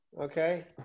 Okay